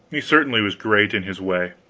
he certainly was great in his way.